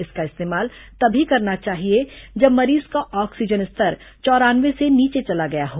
इसका इस्तेमाल तभी करना चाहिए जब मरीज का ऑक्सीजन स्तर चौरानवे से नीचे चला गया हो